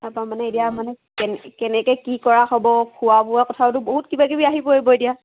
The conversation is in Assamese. তাৰপৰা মানে এতিয়া মানে কেনেকৈ কেনেকৈ কি কৰা হ'ব খোৱা বোৱা কথাওতো বহুত কিবাকিবি আহি পৰিব এতিয়া